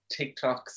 TikToks